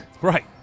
Right